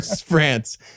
France